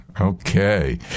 Okay